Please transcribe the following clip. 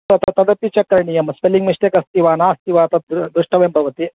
त तदपि चक्करणीयं स्पेलिङ्ग् मिस्टेक् अस्ति वा नास्ति वा तद् दृष्टव्यं भवति